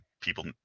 people